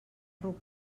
ruc